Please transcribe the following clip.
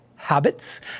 habits